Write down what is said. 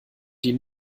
die